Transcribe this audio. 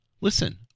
Listen